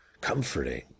comforting